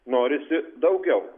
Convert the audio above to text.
norisi daugiau